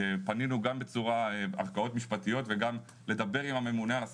פנינו גם בצורה של ערכאות משפטיות וגם בצורה של לדבר עם הממונה על השכר.